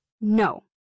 No